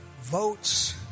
votes